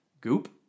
Goop